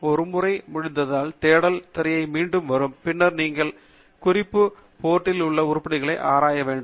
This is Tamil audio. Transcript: ஒருமுறை முடிந்ததும் தேடல் திரை மீண்டும் வரும் பின்னர் நீங்கள் முடிவு குறிப்பு போர்ட்டில் உள்ள உருப்படிகளை ஆராய தயாராக வேண்டும்